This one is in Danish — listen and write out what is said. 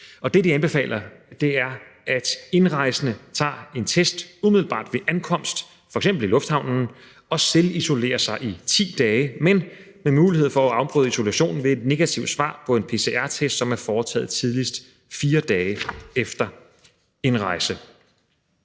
Og det, de anbefaler, er, at indrejsende tager en test umiddelbart ved ankomst, f.eks. i lufthavnen, og selvisolerer sig i 10 dage, men med mulighed for at afbryde isolationen ved et negativt svar på en pcr-test, som er foretaget tidligst 4 dage efter indrejse.